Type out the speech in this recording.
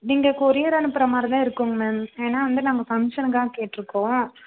நீங்கள் கொரியர் அனுப்புகிற மாதிரிதான் இருக்குங்க மேம் ஏன்னால் வந்து நம்ம ஃபங்க்ஷனுக்கு தான் கேட்டிருக்கோம்